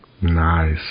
Nice